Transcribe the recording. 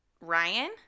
Ryan